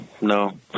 no